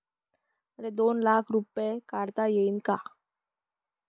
मले दोन लाख रूपे काढता येईन काय?